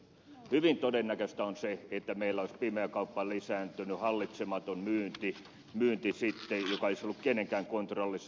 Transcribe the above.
hyvin todennäköistä on se että meillä olisi pimeä kauppa lisääntynyt hallitsematon myynti joka ei olisi ollut kenenkään kontrollissa